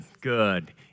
good